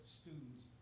students